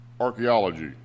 archaeology